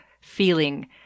feeling